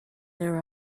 there